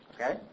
Okay